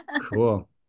Cool